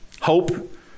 hope